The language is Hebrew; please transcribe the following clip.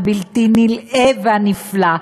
הבלתי-נלאה והנפלא.